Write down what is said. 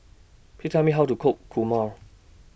Please Tell Me How to Cook Kurma